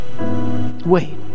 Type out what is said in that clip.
Wait